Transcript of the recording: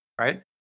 right